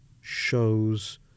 shows